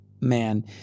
man